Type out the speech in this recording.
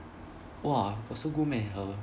!wah! got so good meh her